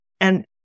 And-